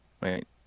Wait